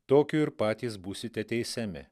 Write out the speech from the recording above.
tokiu ir patys būsite teisiami